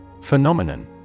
Phenomenon